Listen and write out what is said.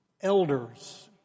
elders